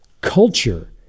culture